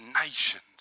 nations